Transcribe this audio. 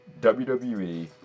WWE